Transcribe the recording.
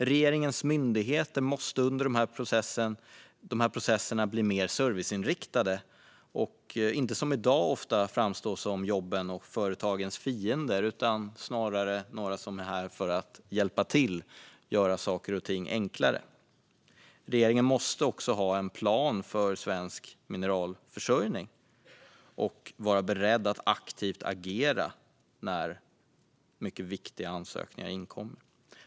Regeringens myndigheter måste under processerna bli mer serviceinriktade och inte som i dag ofta framstå som jobbens och företagens fiende utan snarare några som är här för att hjälpa till och göra saker och ting enklare. Regeringen måste också ha en plan för svensk mineralförsörjning och vara beredd att agera aktivt när mycket viktiga ansökningar inkommer.